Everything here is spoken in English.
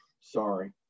Sorry